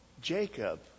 Jacob